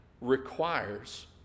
requires